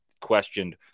questioned